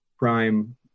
prime